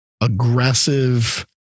aggressive